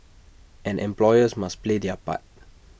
and employers must play their part